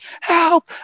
help